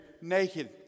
naked